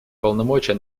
полномочия